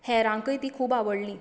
हेरांकय ती खूब आवडलीं